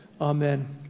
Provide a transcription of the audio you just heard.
Amen